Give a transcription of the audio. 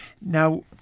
Now